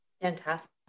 Fantastic